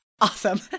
Awesome